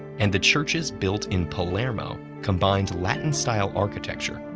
and the churches built in palermo combined latin-style architecture,